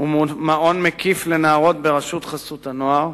זה מעון מקיף לנערות ברשות חסות הנוער.